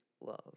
love